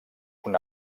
una